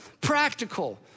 practical